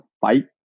fight